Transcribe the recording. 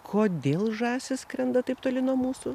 kodėl žąsys skrenda taip toli nuo mūsų